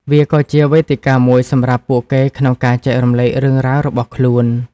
វាក៏ជាវេទិកាមួយសម្រាប់ពួកគេក្នុងការចែករំលែករឿងរ៉ាវរបស់ខ្លួន។